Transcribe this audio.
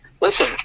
listen